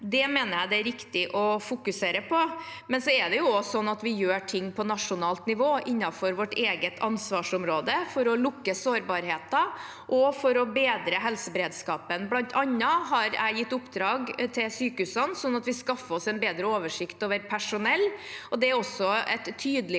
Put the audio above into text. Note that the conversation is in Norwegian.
Det mener jeg det er riktig å fokusere på. Men det er sånn at vi gjør ting på nasjonalt nivå, innenfor vårt eget ansvarsområde, for å lukke sårbarheter og bedre helseberedskapen. Blant annet har jeg gitt oppdrag til sykehusene, sånn at vi skaffer oss en bedre oversikt over personell. Det er også et tydelig